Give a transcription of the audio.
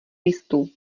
listů